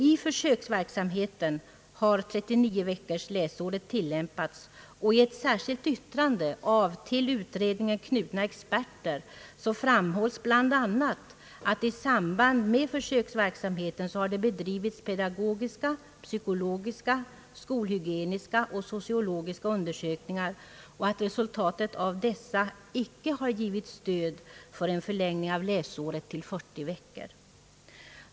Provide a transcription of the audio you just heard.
I försöksverksamheten har 39 veckors läsår tillämpats, och i ett särskilt yttrande av till utredningen knutna experter framhålles bl.a. att i samband med försöksverksamheten har det bedrivits pedagogiska, psykologiska, skolhygieniska och sociologiska undersökningar och att resultaten av dessa icke har givit stöd för en förlängning av läsåret till 40 veckor.